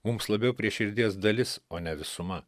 mums labiau prie širdies dalis o ne visuma